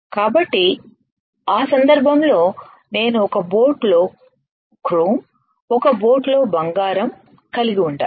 కాబట్టి ఆ సందర్భంలో నేను ఒక బోట్ లో క్రోమ్ఒక బోట్ లో బంగారం కలిగి ఉండాలి